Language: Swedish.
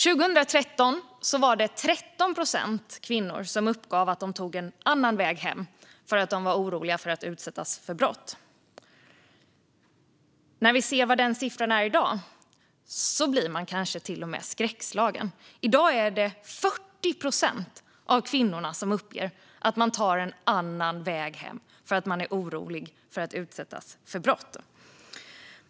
År 2013 var det 13 procent av kvinnorna som uppgav att de tog en annan väg hem för att de var oroliga för att utsättas för brott. När vi ser siffran för i dag blir vi kanske till och med skräckslagna. I dag är det 40 procent av kvinnorna som uppger att de tar en annan väg hem för att de är oroliga för att utsättas för brott.